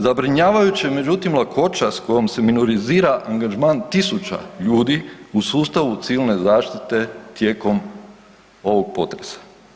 Zabrinjavajuće, međutim lakoća s kojom se minorizira angažman tisuća ljudi u sustavu Civilne zaštite tijekom ovog potresa.